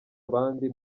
abandi